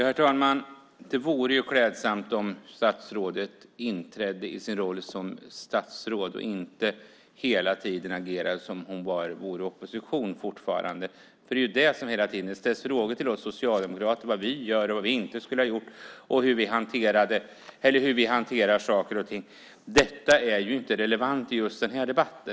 Herr talman! Det vore klädsamt om statsrådet inträdde i sin roll som statsråd och inte hela tiden agerade som om hon fortfarande var i opposition. Det ställs frågor till oss socialdemokrater om vad vi gör, inte skulle ha gjort och hur vi hanterar saker och ting. Detta är inte relevant i denna debatt.